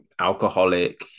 alcoholic